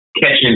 catching